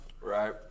right